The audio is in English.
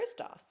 Kristoff